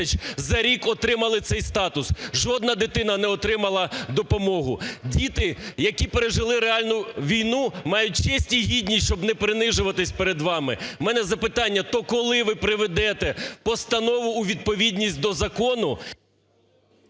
за рік отримали цей статус. Жодна дитина не отримала допомогу. Діти, які пережили реальну війну, мають честь і гідність, щоб не принижуватись перед вами. В мене запитання, то коли ви приведе постанову у відповідність до закону…